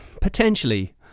Potentially